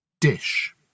Dish